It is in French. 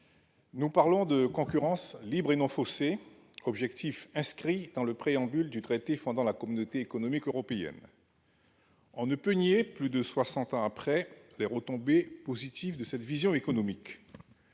nous parlons de « concurrence libre et non faussée », objectif inscrit dans le préambule du traité fondant la Communauté économique européenne. On ne peut nier, plus de soixante ans après, les retombées positives de cette vision économique.